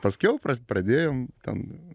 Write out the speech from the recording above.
paskiau pradėjom ten